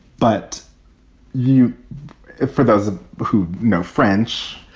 but you for those who know french,